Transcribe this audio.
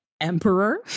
emperor